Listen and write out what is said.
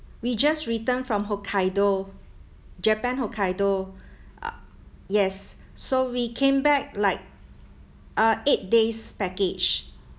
we just returned from hokkaido japan hokkaido ah yes so we came back like uh eight days package